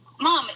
Mom